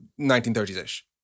1930s-ish